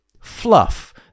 fluff